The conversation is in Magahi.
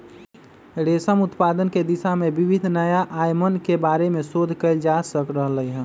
रेशम उत्पादन के दिशा में विविध नया आयामन के बारे में शोध कइल जा रहले है